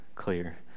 clear